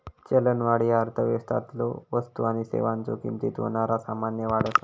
चलनवाढ ह्या अर्थव्यवस्थेतलो वस्तू आणि सेवांच्यो किमतीत होणारा सामान्य वाढ असा